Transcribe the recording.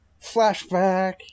Flashback